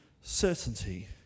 certainty